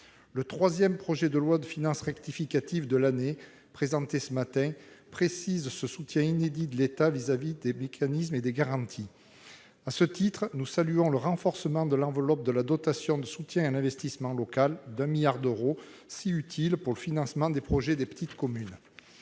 Le troisième projet de loi de finances rectificative de l'année, présenté ce matin, précise ce soutien inédit de l'État vis-à-vis des mécanismes et des garanties. À ce titre, nous saluons le renforcement de l'enveloppe de la dotation de soutien à l'investissement local de 1 milliard d'euros, si utile pour le financement des projets des petites communes.